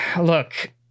look